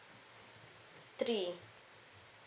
three